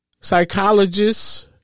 Psychologists